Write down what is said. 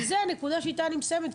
זאת הנקודה שאיתה אני מסיימת,